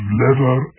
leather